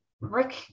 Rick